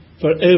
forever